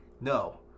No